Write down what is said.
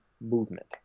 movement